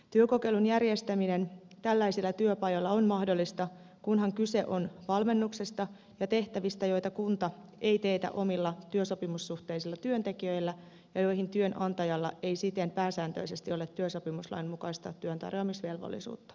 työkokeilun järjestäminen tällaisilla työpajoilla on mahdollista kunhan kyse on valmennuksesta ja tehtävistä joita kunta ei teetä omilla työsopimussuhteisilla työntekijöillä ja joihin työnantajalla ei siten pääsääntöisesti ole työsopimuslain mukaista työntarjoamisvelvollisuutta